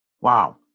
Wow